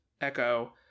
Echo